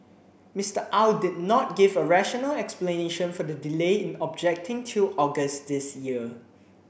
Mister Au did not give a rational explanation for the delay in objecting till August this year